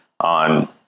on